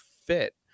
fit